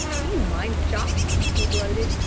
do you mind the chop? he gloated.